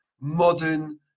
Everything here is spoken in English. modern